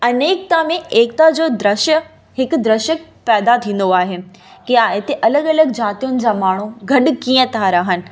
अनेकता में एकता जो दृष्य हिकु दृष्य पैदा थींदो आहे कि आहे हिते अलॻि अलॻि जातियुनि जा माण्हू गॾु कीअं था रहनि